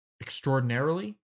extraordinarily